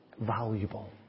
valuable